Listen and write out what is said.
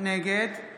נגד רון כץ, בעד